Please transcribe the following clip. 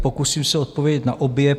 Pokusím se odpovědět na obě.